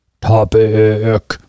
Topic